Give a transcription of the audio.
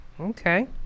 Okay